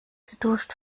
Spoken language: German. geduscht